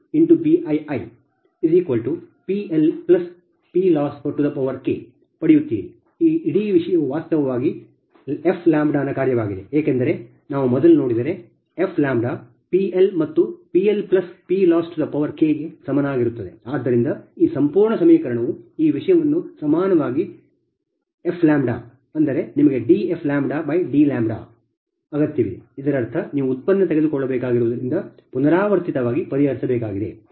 ಆದ್ದರಿಂದ ಈ ಸಂಪೂರ್ಣ ಸಮೀಕರಣವು ಈ ವಿಷಯವನ್ನು ಸಮಾನವಾಗಿ fಎಫ್ λ ಸರಿ ಅಂದರೆ ನಿಮಗೆ dfdλ ಅಗತ್ಯವಿದೆ ಇದರರ್ಥ ನೀವು ಉತ್ಪನ್ನ ತೆಗೆದುಕೊಳ್ಳಬೇಕಾಗಿರುವುದರಿಂದ ಪುನರಾವರ್ತಿತವಾಗಿ ಪರಿಹರಿಸಬೇಕಾಗಿದೆ